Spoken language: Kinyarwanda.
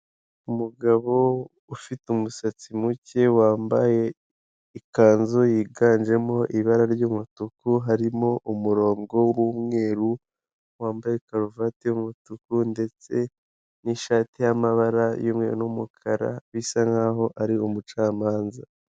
Umugabo ufite umusatsi muke wambaye ikanzu yiganjemo ibara ry'umutuku harimo umurongo w'umweru, wambaye karuvati y'umutuku, ndetse nishati y'amabara y'umweru n'umukara bisa nkaho ari umucamanza.